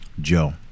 Joe